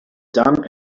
done